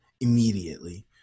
immediately